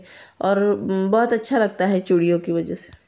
और बहुत अच्छा लगता है चूड़ियों की वजह से